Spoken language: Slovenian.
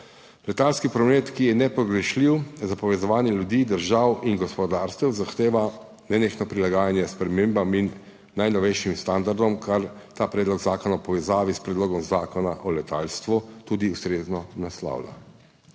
Letalski promet, ki je nepogrešljiv za povezovanje ljudi, držav in gospodarstev, zahteva nenehno prilagajanje spremembam in najnovejšim standardom, kar ta predlog zakona v povezavi s Predlogom zakona o letalstvu tudi ustrezno naslavlja.